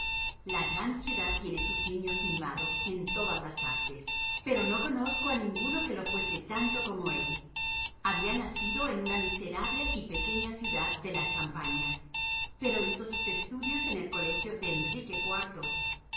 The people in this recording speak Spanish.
la gran ciudad tiene sus niños mimados en todas las artes pero no conozco a ninguno que lo fuese tanto como él había nacido en una miserable y pequeña ciudad de la champaña pero hizo sus estudios en el colegio de enrique